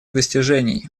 достижений